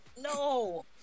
No